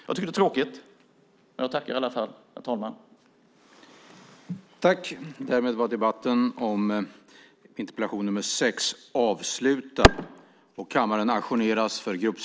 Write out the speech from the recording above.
Jag tycker att det är tråkigt, men jag tackar i alla fall.